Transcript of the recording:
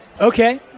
Okay